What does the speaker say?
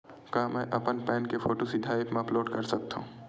का मैं अपन पैन के फोटू सीधा ऐप मा अपलोड कर सकथव?